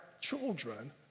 children